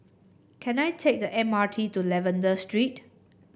can I take the M R T to Lavender Street